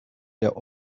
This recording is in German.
der